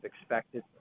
expected